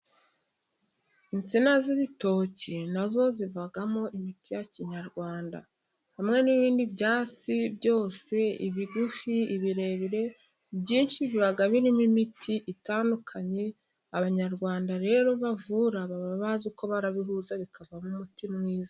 Insina z'ibitoki na zo zivamo imiti ya kinyarwanda, hamwe n'ibindi byatsi byose ibigufi ibirebire, ibyinshi biba birimo imiti itandukanye, Abanyarwanda rero bavura baba bazi uko babihuza bikavamo umuti mwiza.